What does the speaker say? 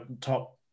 top